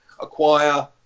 acquire